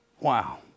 Wow